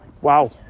Wow